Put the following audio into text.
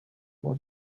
was